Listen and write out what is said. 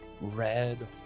red